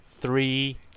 three